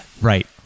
Right